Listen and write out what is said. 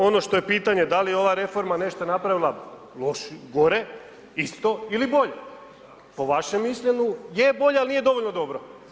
Ono što je pitanje, da li ova reforma nešto napravila loše, gore, isto ili bolje, po vašem mišljenju je bolje, ali nije dovoljno dobro.